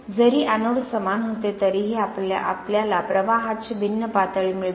जरी एनोड समान होते तरीही आपल्याला प्रवाहाची भिन्न पातळी मिळते